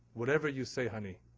whatever you say honey.